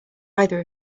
either